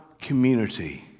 community